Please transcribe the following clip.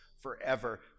forever